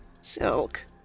Silk